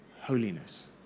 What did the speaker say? holiness